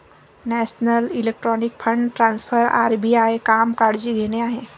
national electronic fund transfer RBI काम काळजी घेणे आहे